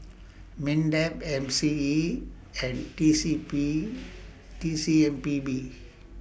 Mindef M C E and T C P T C M P B